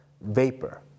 vapor